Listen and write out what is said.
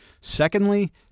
Secondly